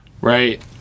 Right